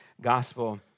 gospel